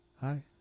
hi